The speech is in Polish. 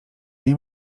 nie